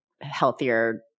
healthier